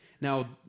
Now